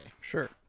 sure